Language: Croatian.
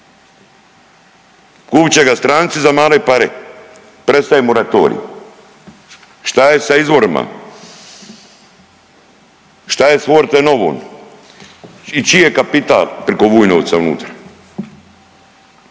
Kupit će ga stranci za male pare, prestaje moratorij. Šta je sa izvorima? Šta je sa Forte novom i čiji je kapital priko Vujnovca unutra?